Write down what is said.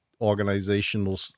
organizational